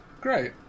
Great